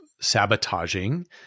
sabotaging